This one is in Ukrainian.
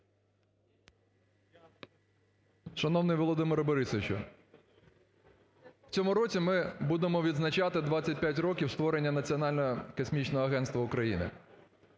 Шановний Володимире Борисовичу! В цьому році ми будемо відзначати 25 років створення Національного космічного агентства України.